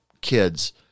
kids